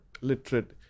literate